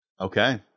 Okay